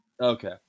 Okay